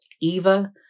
eva